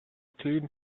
clean